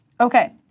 Okay